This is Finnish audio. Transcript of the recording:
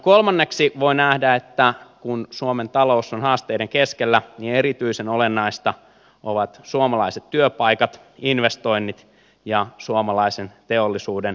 kolmanneksi voi nähdä kun suomen talous on haasteiden keskellä että erityisen olennaista ovat suomalaiset työpaikat investoinnit ja suomalaisen teollisuuden kilpailukyky